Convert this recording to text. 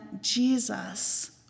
Jesus